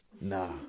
Nah